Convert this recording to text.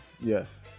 yes